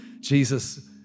Jesus